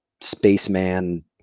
spaceman